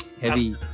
heavy